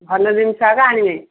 ଭଲ ଜିନିଷ ଆଗ ଆଣିବେ